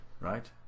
right